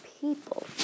people